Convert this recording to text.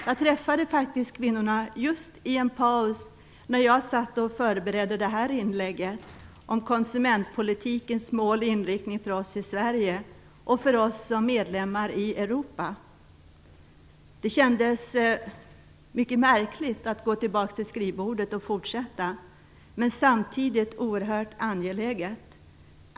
Jag träffade faktiskt kvinnorna i en paus just i mitt arbete med att förbereda detta inlägg om konsumentpolitikens mål och inriktning för oss i Sverige och för oss som medlemmar i Europa. Det kändes mycket märkligt att gå tillbaks till skrivbordet och fortsätta, men samtidigt oerhört angeläget.